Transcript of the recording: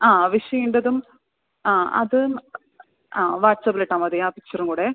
ആ വിഷ് ചെയ്യേണ്ടതും ആ അത് ആ വാട്സപ്പിലിട്ടാൽ മതി ആ പിക്ച്ചറും കൂടെ